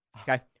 Okay